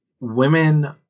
Women